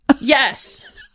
Yes